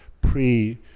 pre